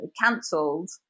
cancelled